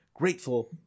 grateful